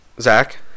Zach